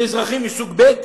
זה אזרחים מסוג ב'?